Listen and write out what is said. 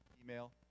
Email